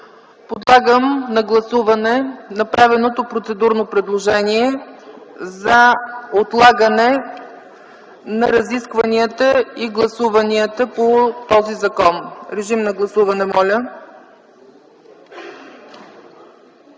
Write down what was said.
Подлагам на гласуване направеното процедурно предложение за отлагане на разискванията и гласуванията по този закон. Моля, гласувайте.